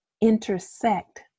intersect